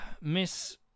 Miss